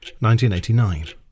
1989